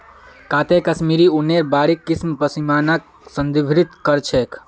काते कश्मीरी ऊनेर बारीक किस्म पश्मीनाक संदर्भित कर छेक